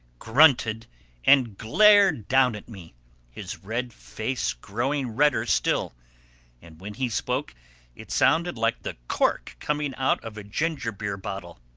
grunted and glared down at me his red face growing redder still and when he spoke it sounded like the cork coming out of a gingerbeer-bottle.